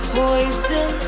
poison